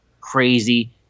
crazy